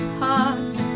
heart